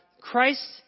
Christ